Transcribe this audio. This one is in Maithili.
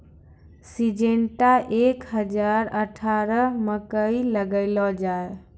सिजेनटा एक हजार अठारह मकई लगैलो जाय?